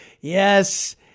yes –